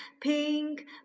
Pink